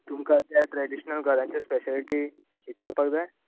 तुमकां त्या ट्रेडिशनल घरांची स्पेशलिटी विचारपाक जाय